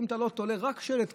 אם אתה לא תולה שלט כשר,